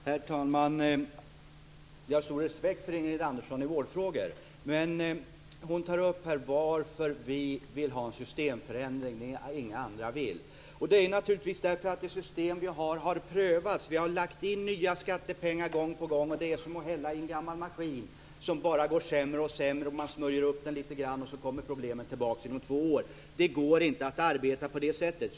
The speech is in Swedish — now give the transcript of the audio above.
Herr talman! Jag har stor respekt för Ingrid Andersson i vårdfrågor. Hon frågar varför vi vill ha en systemförändring när ingen annan vill det. Det är naturligtvis därför att vi har prövat det system som vi har. Vi har gång på gång lagt in nya skattepengar. Det är som att hälla i en gammal maskin som bara går sämre och sämre. Man smörjer den litet grand, och så kommer problemen tillbaks inom två år. Det går inte att arbeta på det sättet.